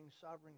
sovereign